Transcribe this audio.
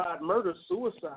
murder-suicide